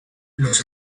los